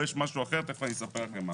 כאן יש משהו אחר ותכף אני אספר לכם מה.